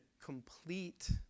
complete